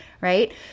right